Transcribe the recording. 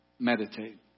Meditate